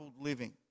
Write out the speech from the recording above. living